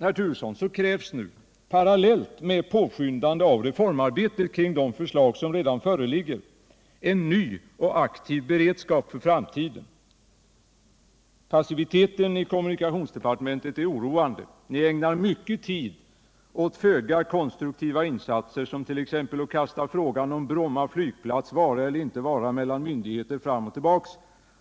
herr Turesson, krävs nu, parallellt med påskyndandet av reformarbetet kring de förslag som redan föreligger, en ny och aktiv beredskap inför framtiden. Passiviteten i kommunikationsdepartementet är oroande. Ni ägnar mycket tid åt föga konstruktiva insatser, som 1. ex. att kasta frågan om Bromma flygplats vara eller inte vara fram och tillbaka mellan myndigheter.